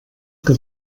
que